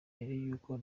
y’uko